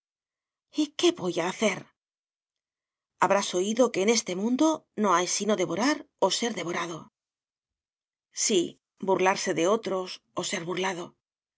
qué voy a hacer habrás oído que en este mundo no hay sino devorar o ser devorado sí burlarse de otros o ser burlado